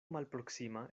malproksima